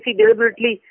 deliberately